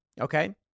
Okay